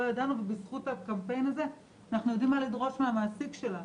לא ידענו ובזכות הקמפיין הזה אנחנו יודעים מה לדרוש מהמעסיק שלנו.